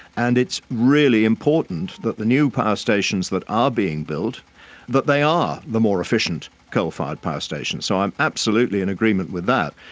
and it's really important that the new power stations that are being built that they are the more efficient coal-fired power stations. so i'm absolutely in agreement with that.